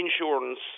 insurance